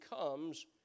comes